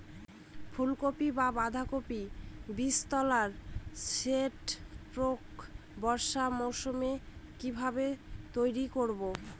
ফুলকপি বা বাঁধাকপির বীজতলার সেট প্রাক বর্ষার মৌসুমে কিভাবে তৈরি করব?